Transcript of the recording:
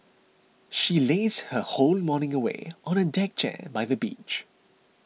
she lazed her whole morning away on a deck chair by the beach